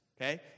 Okay